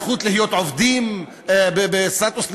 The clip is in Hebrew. הזכות להיות עובדים בסטטוס נמוך,